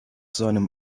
seinem